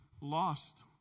lost